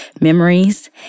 memories